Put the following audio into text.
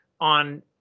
on